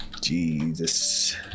Jesus